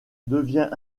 devient